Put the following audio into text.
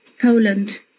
Poland